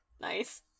Nice